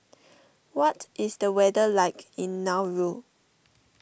what is the weather like in Nauru